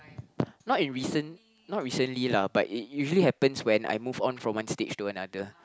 not in recent not recently lah but it usually happens when I move on from one stage to another